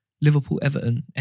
Liverpool-Everton